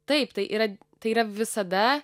taip tai yra tai yra visada